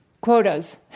Quotas